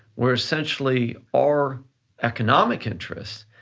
where essentially, our economic interest,